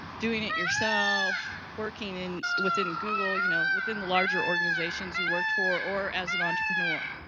doing it yourself, working and within google, you know, within the larger organizations you worked for, or as an entrepreneur?